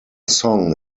song